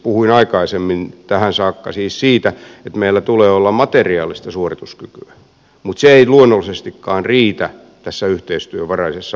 puhuin aikaisemmin tähän saakka siis siitä että meillä tulee olla materiaalista suorituskykyä mutta se ei luonnollisestikaan riitä tässä yhteistyövaraisessa maailmassa